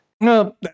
No